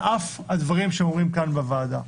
על אף הדברים שהם אומרים כאן בוועדה.